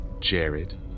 Jared